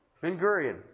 Ben-Gurion